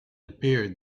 appeared